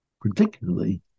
particularly